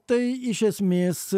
tai iš esmės